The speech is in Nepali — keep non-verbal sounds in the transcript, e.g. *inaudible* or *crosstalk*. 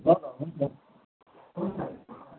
*unintelligible*